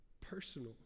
personal